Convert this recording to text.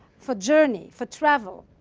for journey, for travel.